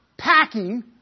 packing